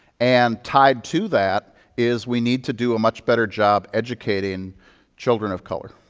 and tied to that is we need to do a much better job educating children of color.